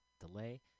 delay